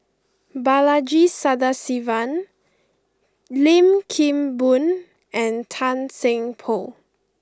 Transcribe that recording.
Balaji Sadasivan Lim Kim Boon and Tan Seng Poh